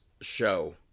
Show